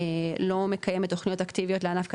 לא מקיימת תוכניות אקטיביות לענף כזה,